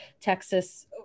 Texas